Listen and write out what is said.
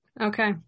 okay